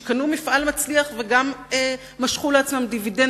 שקנו מפעל מצליח וגם משכו לעצמם דיבידנד